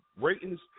ratings